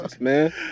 man